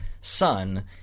son